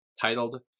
titled